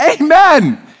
amen